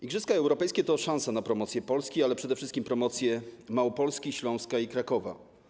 Igrzyska europejskie są szansą na promocję Polski, ale przede wszystkim promocję Małopolski, Śląska i Krakowa.